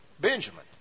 Benjamin